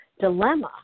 dilemma